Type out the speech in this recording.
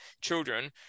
children